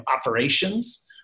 operations